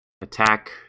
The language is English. attack